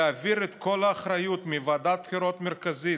להעביר את כל האחריות מוועדת הבחירות המרכזית,